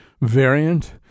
variant